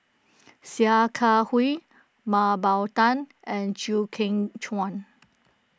Sia Kah Hui Mah Bow Tan and Chew Kheng Chuan